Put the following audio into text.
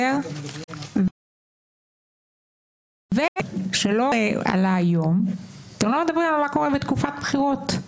עוד דבר שלא עלה היום הוא שאתם לא מדברים על מה קורה בתקופת בחירות.